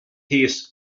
his